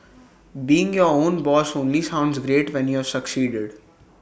being your own boss only sounds great when you've succeeded